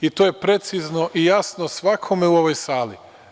I to je precizno i jasno svakome u ovoj sali.